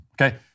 okay